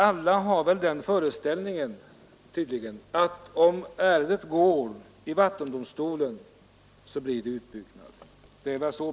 Alla har tydligen den föreställningen att om ärendet går till vatten domstol, blir det en utbyggnad.